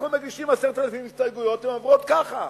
אנחנו מגישים 10,000 הסתייגויות והן עוברות ככה,